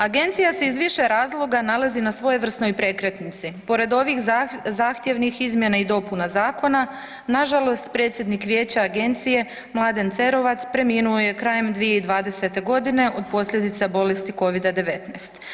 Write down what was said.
Agencija se iz više razloga nalazi na svojevrsnoj prekretnici pored ovih zahtjevnih izmjena i dopuna zakona, na žalost predsjednik Vijeća Agencije Mladen Cerovac preminuo je krajem 2020. godine od posljedica bolesti COVID-19.